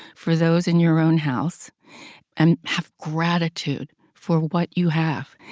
for those in your own house and have gratitude for what you have?